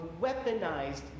weaponized